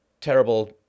terrible